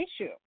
issue